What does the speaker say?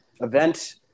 event